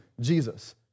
Jesus